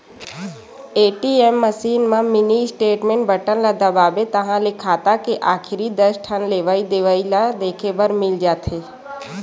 ATM machine म mini statement button ल दबाबे ताहाँले खाता के आखरी दस ठन लेवइ देवइ ल देखे बर मिल जाथे